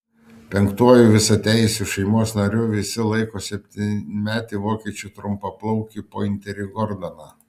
penktuoju visateisiu šeimos nariu visi laiko septynmetį vokiečių trumpaplaukį pointerį gordoną